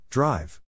Drive